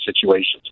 situations